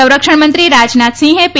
સંરક્ષણ મંત્રી રાજનાથસિંહે પી